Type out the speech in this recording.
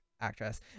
Actress